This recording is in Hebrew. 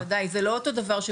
זה לא אותו דבר,